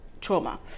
trauma